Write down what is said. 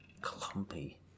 Clumpy